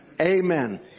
Amen